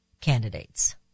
candidates